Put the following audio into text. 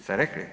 Ste rekli?